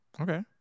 okay